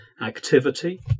activity